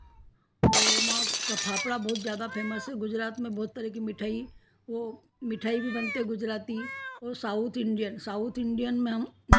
ओ मा फाफड़ा बहुत ज़्यादा फेमस है गुजरात में बहुत तरह की मिठई वह मिठाई भी बनते गुजराती और साउथ इंडियन साउथ इंडियन में हम